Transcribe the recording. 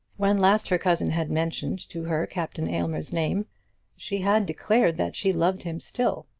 when last her cousin had mentioned to her captain aylmer's name she had declared that she loved him still.